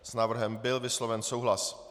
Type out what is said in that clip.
S návrhem byl vysloven souhlas.